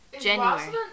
January